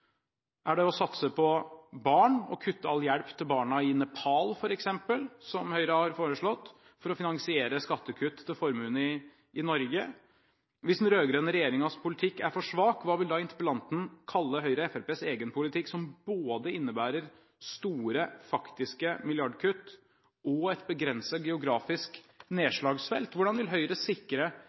Er det å satse på barn når man f.eks. kutter all hjelp til barna i Nepal, slik Høyre har foreslått, for å finansiere skattekutt til formuende i Norge? Hvis den rød-grønne regjeringens politikk er for svak, hva vil da interpellanten kalle Høyres og Fremskrittspartiets egen politikk, som både innebærer store faktiske milliardkutt og et begrenset geografisk nedslagsfelt? Hvordan vil Høyre sikre